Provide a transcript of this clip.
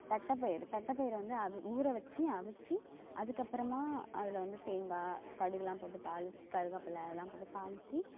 தட்டைப்பயிறு தட்டைப்பயிற வந்து அவு ஊற வெச்சு அவிச்சி அதுக்கப்புறமா அதில் வந்து தேங்காய் கடுகெலாம் போட்டு தாளித்து கருவேப்பில அதெலாம் போட்டு தாளித்து